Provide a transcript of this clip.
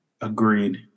Agreed